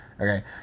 Okay